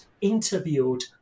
interviewed